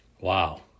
Wow